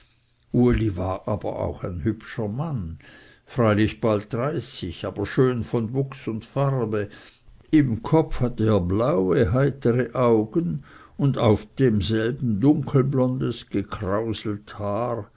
uli war aber auch ein hübscher mann freilich bald dreißig aber schön von wuchs und farbe im kopf hatte er blaue heitere augen und auf demselben dunkelblondes gekrauselt haar